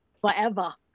forever